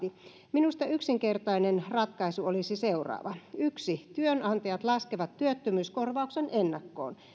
minusta yksinkertainen ratkaisu olisi seuraava yksi työnantajat laskevat työttömyyskorvauksen ennakkoon